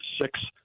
six